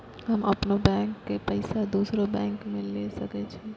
हम अपनों बैंक के पैसा दुसरा बैंक में ले सके छी?